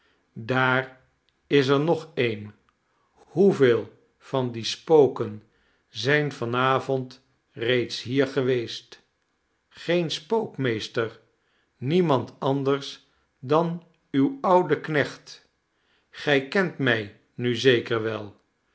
daar is er nog een hoeveel van die spoken zijn van avond reeds hier geweest geen spook meester niemand anders dan uw oude knecht gij kent mij nu zeker wel